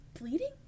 bleeding